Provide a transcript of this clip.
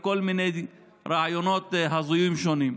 כל מיני רעיונות הזויים שונים.